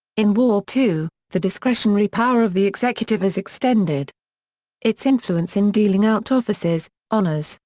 in war, too, the discretionary power of the executive is extended its influence in dealing out offices, honors,